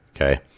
Okay